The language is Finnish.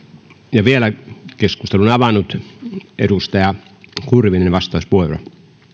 ja vielä keskustelun avannut edustaja kurvinen vastauspuheenvuoro